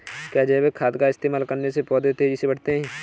क्या जैविक खाद का इस्तेमाल करने से पौधे तेजी से बढ़ते हैं?